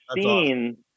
Seen